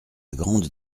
grande